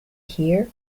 here